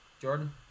Jordan